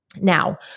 Now